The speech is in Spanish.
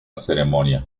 ceremonia